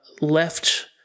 left